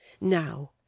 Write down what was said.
Now